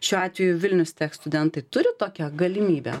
šiuo atveju vilnius tech studentai turi tokią galimybę